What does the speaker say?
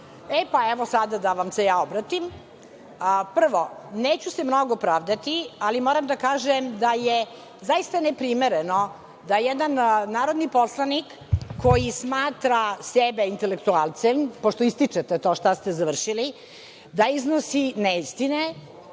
E, pa, evo, da vam se ja obratim. Prvo, neću se mnogo pravdati, ali moram da kažem, da je zaista neprimereno da jedan narodni poslanik koji smatra sebe intelektualcem, pošto ističete to šta ste završili, da iznosi neistine.